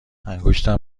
انگشتم